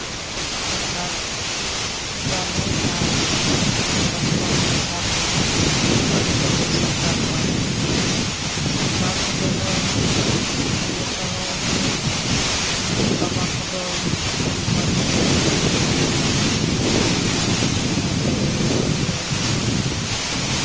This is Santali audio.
ᱥᱟᱠᱨᱟᱛ ᱡᱟᱞᱮ ᱟᱨ ᱦᱟᱹᱠᱩ ᱠᱟᱴᱠᱚᱢ ᱫᱚᱥᱟᱨ ᱫᱚ ᱢᱩᱪᱟᱹᱫ ᱨᱮᱫᱚ ᱵᱚᱱ ᱥᱟᱠᱨᱟᱛᱚᱜᱼᱟ ᱥᱟᱠᱨᱟᱛ ᱦᱤᱞᱳᱜ ᱫᱚ ᱡᱚᱛᱚ ᱦᱚᱲᱜᱮ ᱵᱟᱵᱟ ᱠᱚᱫᱚ ᱥᱮᱸᱫᱽᱨᱟ ᱵᱤᱨ ᱥᱮᱸᱫᱽᱨᱟ ᱠᱚ ᱪᱟᱞᱟᱜᱼᱟ ᱟᱨ ᱥᱮᱸᱫᱽᱨᱟ ᱠᱷᱚᱱ ᱨᱩᱣᱟᱹᱲ ᱠᱟᱛᱮᱫ